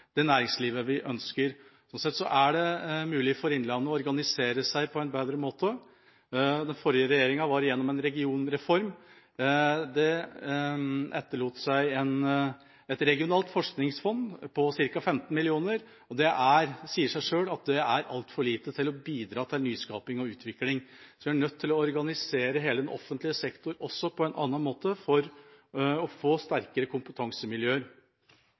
det næringslivet vi ønsker. Sånn sett er det mulig for innlandet å organisere seg på en bedre måte. Den forrige regjeringa var innom en regionreform. Det etterlot seg et regionalt forskningsfond på ca. 15 mill. kr, og det sier seg selv at det er altfor lite til å bidra til nyskaping og utvikling. Vi er også nødt til å organisere hele offentlig sektor på en annen måte for å få sterkere kompetansemiljøer.